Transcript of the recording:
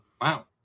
Wow